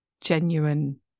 genuine